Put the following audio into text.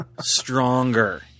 stronger